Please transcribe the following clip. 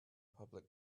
public